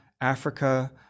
Africa